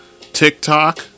TikTok